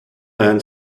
man